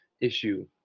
issue